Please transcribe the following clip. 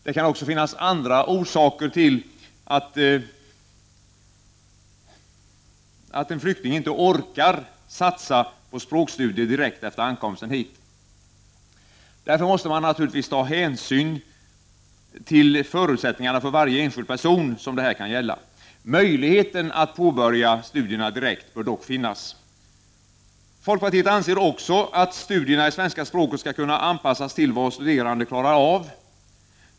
Det kan också finnas andra orsaker till att en flykting inte orkar satsa på språkstudier direkt efter ankomsten hit. Därför måste man naturligtvis ta hänsyn till förutsättningarna för varje enskild person, som det här kan gälla. Möjligheten att påbörja studierna direkt bör dock finnas. Folkpartiet anser också, att studierna i svenska språket skall kunna anpassas till vad varje studerande klarar av.